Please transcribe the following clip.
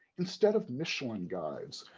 instead of michelin guides,